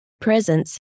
presence